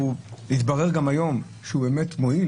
שהתברר גם היום שהוא באמת מועיל